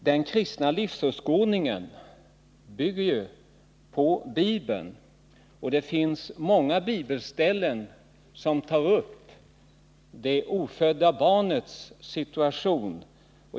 Den kristna livsåskådningen bygger ju på Bibeln, och det finns många bibelställen som tar upp de ofödda barnens situation.